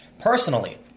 personally